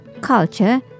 culture